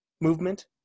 movement